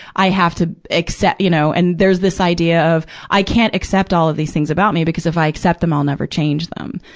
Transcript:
i have to accept you know, and there's this idea of, i can't accept all of these things about me, because if i accept them, i'll never change them.